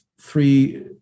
three